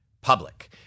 public